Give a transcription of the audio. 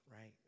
right